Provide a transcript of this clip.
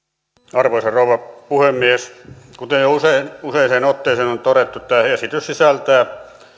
arvoisa rouva puhemies kuten jo useaan otteeseen on todettu tämä esitys sisältää